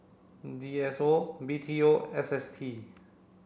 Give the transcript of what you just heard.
D S O B T O and S S T